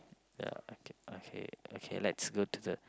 ya okay okay okay let's go to the